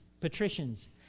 patricians